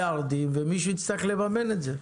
מיליארדים, ומישהו יצטרך לממן את זה.